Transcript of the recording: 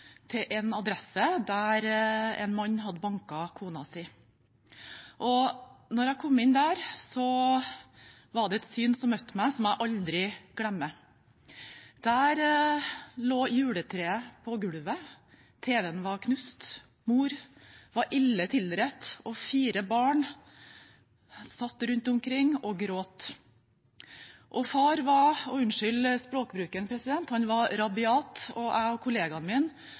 til en adresse der en mann hadde banket kona si. Da jeg kom inn der, var det et syn som møtte meg som jeg aldri glemmer. Der lå juletreet på gulvet, tv-en var knust, mor var ille tilredt, og fire barn satt rundt omkring og gråt. Og far var – unnskyld språkbruken – rabiat, og jeg og kollegaen min